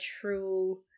true